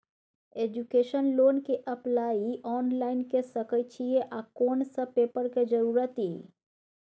Education loan के apply online के सके छिए आ कोन सब पेपर के जरूरत इ?